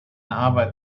arbeit